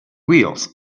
wheels